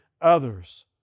others